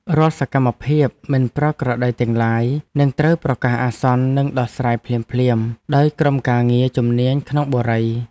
រាល់សកម្មភាពមិនប្រក្រតីទាំងឡាយនឹងត្រូវប្រកាសអាសន្ននិងដោះស្រាយភ្លាមៗដោយក្រុមការងារជំនាញក្នុងបុរី។